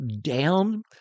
down